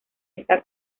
está